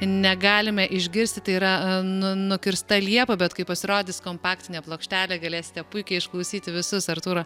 negalime išgirsti tai yra nu nukirsta liepa bet kai pasirodys kompaktinė plokštelė galėsite puikiai išklausyti visus artūro